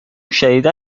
شدیدا